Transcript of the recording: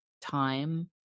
time